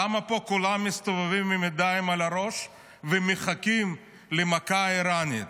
למה פה כולם מסתובבים עם ידיים על הראש ומחכים למכה איראנית?